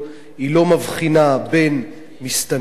היא לא מבחינה בין מסתננים,